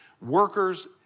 workers